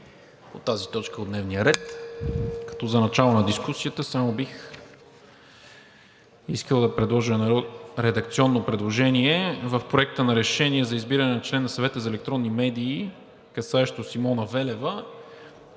по тази точка от дневния ред. За начало на дискусията само бих искал да направя едно редакционно предложение – в Проекта на решение за избиране на член на Съвета за електронни медии, касаещо Симона Велева,